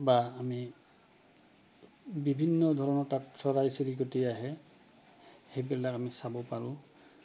বা আমি বিভিন্ন ধৰণৰ তাত চৰাই চিৰিকটি আহে সেইবিলাক আমি চাব পাৰোঁ